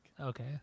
okay